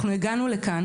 אנחנו הגענו לכאן,